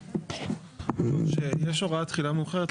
יש הוראת תחילה מאוחרת,